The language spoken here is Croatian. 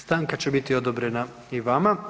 Stanka će biti odobrena i vama.